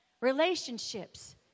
Relationships